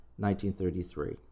1933